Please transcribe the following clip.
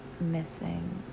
missing